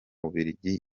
bubiligi